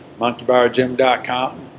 MonkeyBarGym.com